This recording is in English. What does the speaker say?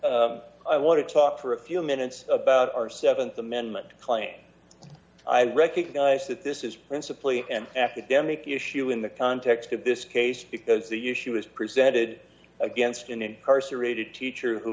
l i want to talk for a few minutes about our th amendment claim i recognize that this is principally an academic issue in the context of this case because the issue is presented against an incarcerated teacher who